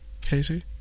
Casey